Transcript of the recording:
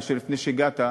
לפני שהגעת,